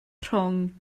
rhwng